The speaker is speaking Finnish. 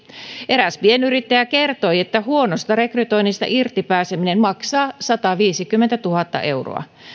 eräs pienyrittäjä kertoi että huonosta rekrytoinnista irti pääseminen maksaa sataviisikymmentätuhatta euroa